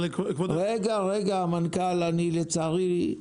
המנכ"ל, לצערי,